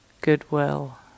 goodwill